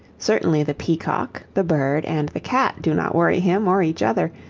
certainly the peacock, the bird, and the cat do not worry him or each other,